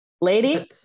lady